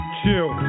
chill